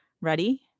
Ready